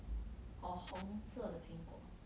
or 红色的苹果